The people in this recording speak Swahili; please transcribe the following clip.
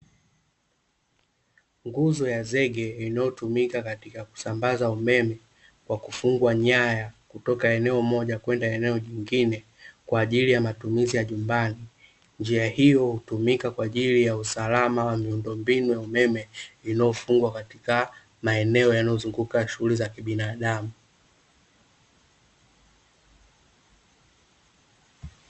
Nguzo ya zege inayotumika katika kusambaza umeme, kwakufungwa nyaya, kutoka eneo moja kwenda eneo jingine, kwaajili ya matumizi ya nyumbani, njia hiyo hutumika kwaajili ya usalama wa miundombinu ya umeme, inayofungwa katika maeneo yanayozunguka shughuli za kibinadamu.